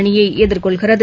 அணியை எதிர்கொள்கிறது